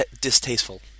distasteful